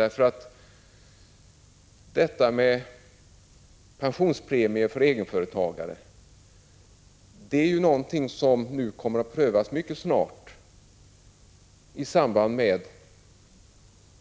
151 Pensionspremie för egenföretagare är någonting som kommer att prövas mycket snart i samband med